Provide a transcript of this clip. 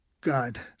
God